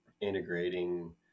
integrating